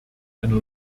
einer